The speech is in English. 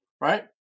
right